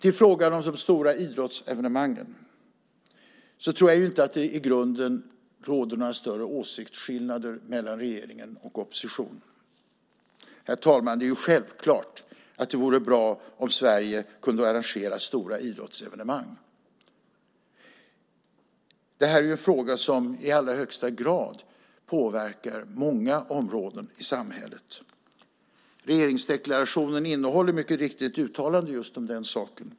I frågan om de stora idrottsevenemangen tror jag inte att det i grunden råder några större åsiktsskillnader mellan regeringen och oppositionen. Herr talman! Det är självklart att det vore bra om Sverige kunde arrangera stora idrottsevenemang. Det här är en fråga som i allra högsta grad påverkar många områden i samhället. Regeringsdeklarationen innehåller mycket riktigt ett uttalande just om den saken.